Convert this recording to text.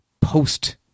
post